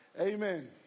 amen